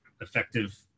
effective